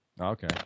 Okay